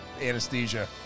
anesthesia